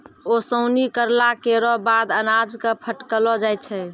ओसौनी करला केरो बाद अनाज क फटकलो जाय छै